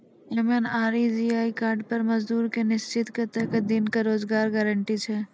MNREGA card पर मजदुर के निश्चित कत्तेक दिन के रोजगार गारंटी छै?